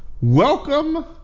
welcome